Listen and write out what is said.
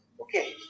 Okay